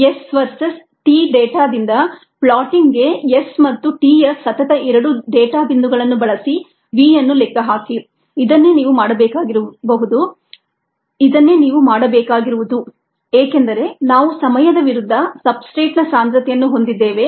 S versus t ಡೇಟಾದಿಂದ ಪ್ಲಾಟಿಂಗ್ಗೆ S ಮತ್ತು t ಯ ಸತತ ಎರಡು ಡೇಟಾ ಬಿಂದುಗಳನ್ನು ಬಳಸಿ v ಅನ್ನು ಲೆಕ್ಕಹಾಕಿ ಇದನ್ನೇ ನೀವು ಮಾಡಬೇಕಾಗಿರುವುದು ಏಕೆಂದರೆ ನಾವು ಸಮಯದ ವಿರುದ್ಧ ಸಬ್ಸ್ಟ್ರೇಟ್ನ ಸಾಂದ್ರತೆಯನ್ನು ಹೊಂದಿದ್ದೇವೆ